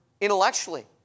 Intellectually